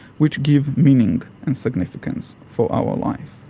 which give meaning and significance for our life.